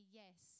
yes